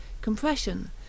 compression